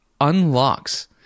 unlocks